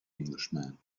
englishman